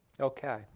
Okay